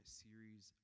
series